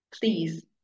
please